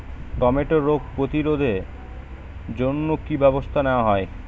টমেটোর রোগ প্রতিরোধে জন্য কি কী ব্যবস্থা নেওয়া হয়?